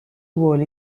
wall